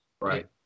right